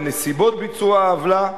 בנסיבות ביצוע העוולה,